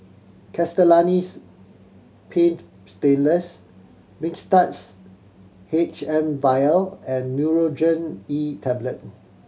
Castellani's Paint Stainless Mixtards H M Vial and Nurogen E Tablet